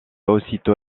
aussitôt